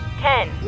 Ten